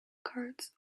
cards